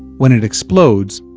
when it explodes,